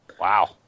wow